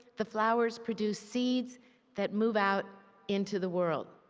the flowers produce seeds that move out into the world.